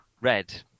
red